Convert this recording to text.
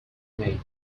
made